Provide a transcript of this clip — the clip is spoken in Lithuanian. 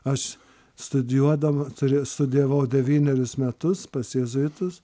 aš studijuodama turi studijavau devynerius metus pas jėzuitus